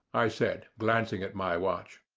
i said, glancing at my watch.